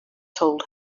told